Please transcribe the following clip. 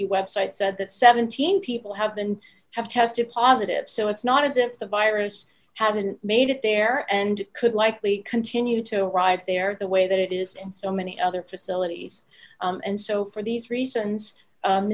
opi website said that seventeen people have been have tested positive so it's not as if the virus hasn't made it there and could likely continue to arrive there the way that it is and so many other facilities and so for these reasons